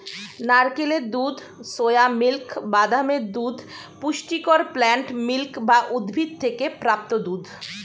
নারকেলের দুধ, soya milk, বাদামের দুধ পুষ্টিকর প্লান্ট মিল্ক বা উদ্ভিদ থেকে প্রাপ্ত দুধ